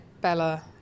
Bella